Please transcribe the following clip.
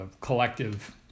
collective